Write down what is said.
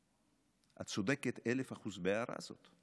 את צודקת באלף אחוז בהערה הזאת.